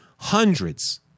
hundreds